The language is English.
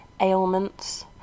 ailments